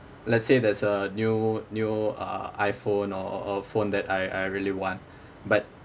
let's say there's a new new uh iphone or a phone that I I really want but